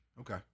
Okay